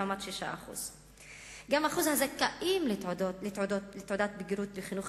לעומת 6%. גם שיעור הזכאים לתעודת בגרות בחינוך